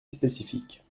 spécifique